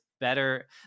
better